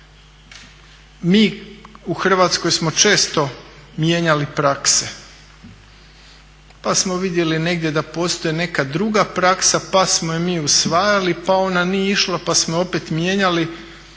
mi u Hrvatskoj smo često mijenjali prakse, pa smo vidjeli negdje da postoje neka druga praksa, pa smo je mi usvajali, pa ona nije išla, pa smo je opet mijenjali a